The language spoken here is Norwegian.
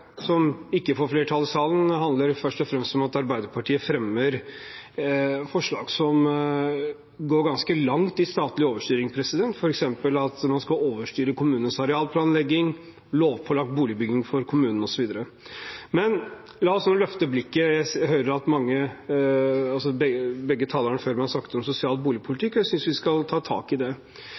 som ikke får flertall i salen, handler det først og fremst om at Arbeiderpartiet fremmer forslag som går ganske langt i statlig overstyring, f.eks. at man skal overstyre kommunenes arealplanlegging, det skal være lovpålagt boligbygging for kommunene, osv. Men la oss løfte blikket: Jeg hørte at de to talerne som var før meg, snakket om sosial boligpolitikk, og jeg synes vi skal ta tak i det.